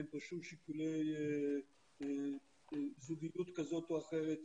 אין פה שום שיקולי זוגיות כזו או אחרת,